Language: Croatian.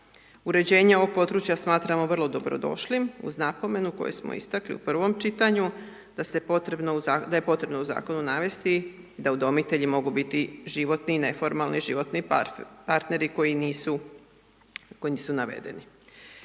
uređenje ovog područja smatramo vrlo dobro došlim uz napomenu koju smo istakli u prvom čitanju da se potrebno, da je potrebno u zakonu navesti da udomitelji mogu biti životni i neformalni životni partneri koji nisu navedeni.